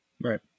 Right